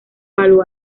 palo